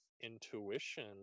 intuition